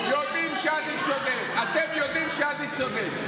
לא חראם, יש יותר רבנים, אתם יודעים שאני צודק.